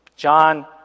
John